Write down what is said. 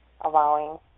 allowing